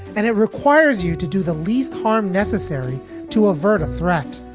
and it requires you to do the least harm necessary to avert a threat